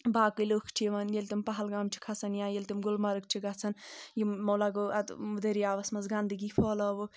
باقٕے لُکھ چھِ یِوان ییٚلہِ تِم پَہلگام چھِ کھَسان یا ییٚلہِ تِم گُلمَرگ چھِ گژھان یِمَو لَگوو اَتھ دٔریاوَس منٛز گنٛدٕگی پھہلٲوکھ